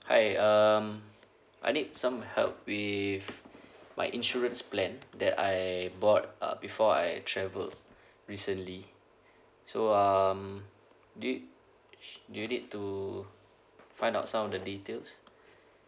hi um I need some help with my insurance plan that I bought uh before I travel recently so um do do you need to find out some of the details